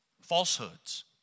falsehoods